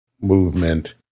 movement